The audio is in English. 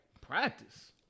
Practice